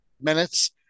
minutes